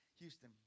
Houston